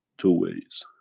two ways.